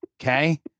Okay